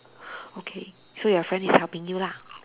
okay so your friend is helping you lah